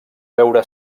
veure